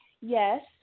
yes